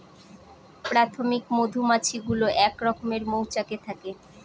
প্রাথমিক মধুমাছি গুলো এক রকমের মৌচাকে থাকে